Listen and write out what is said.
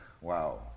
wow